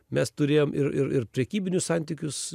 mes turėjom ir ir ir prekybinius santykius